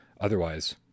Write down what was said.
otherwise